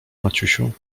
maciusiu